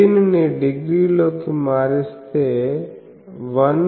దీనిని డిగ్రీ లోకి మారిస్తే 114